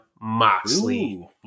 Moxley